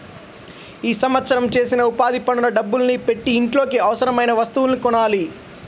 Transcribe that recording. ఈ సంవత్సరం చేసిన ఉపాధి పనుల డబ్బుల్ని పెట్టి ఇంట్లోకి అవసరమయిన వస్తువుల్ని కొనాలి